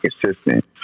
consistent